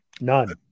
none